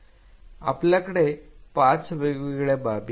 आपल्याकडे पाच वेगवेगळ्या बाबी आहेत